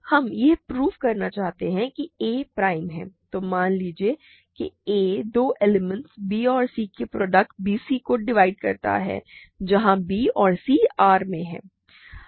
हम यह प्रूव करना चाहते हैं कि a प्राइम है तो मान लीजिए कि a दो एलिमेंट्स b और c के प्रोडक्ट bc को डिवाइड करता है जहाँ b और c R में हैं